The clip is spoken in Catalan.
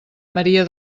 maria